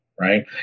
Right